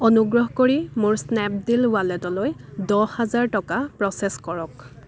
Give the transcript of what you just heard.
অনুগ্ৰহ কৰি মোৰ স্নেপডীল ৱালেটলৈ দহ হেজাৰ টকা প্ৰ'চেছ কৰক